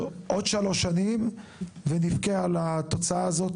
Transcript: עוד שלוש שנים ונבכה על התוצאה הזאת,